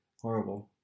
Horrible